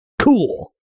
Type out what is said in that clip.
cool